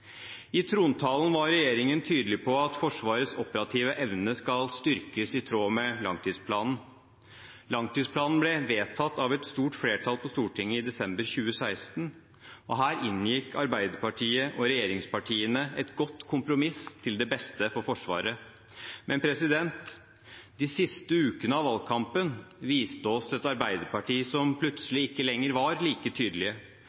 I trontalen var regjeringen tydelig på at Forsvarets operative evne skal styrkes i tråd med langtidsplanen. Langtidsplanen ble vedtatt av et stort flertall på Stortinget i november 2016. Her inngikk Arbeiderpartiet og regjeringspartiene et godt kompromiss til beste for Forsvaret. Men de siste ukene av valgkampen viste oss et arbeiderparti som